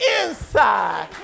inside